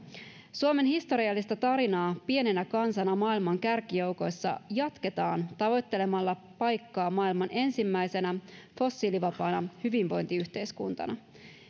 suomen historiallista tarinaa pienenä kansana maailman kärkijoukoissa jatketaan tavoittelemalla paikkaa maailman ensimmäisenä fossiilivapaana hyvinvointiyhteiskuntana